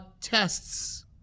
tests